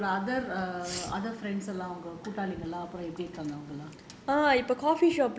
அப்புறம் உங்களோட:appuram ungaloda other friends எல்லாம் உங்க கூட்டாளிக எல்லாம் அப்புறம் எப்படி இருக்காங்க:ellaam unga kootaliga ellaam appuram epdi irukkaanga